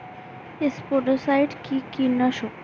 স্পোডোসাইট কি কীটনাশক?